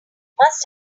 must